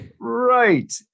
Right